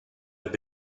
have